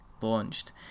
launched